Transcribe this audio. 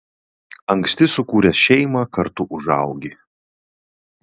anksti sukūręs šeimą kartu užaugi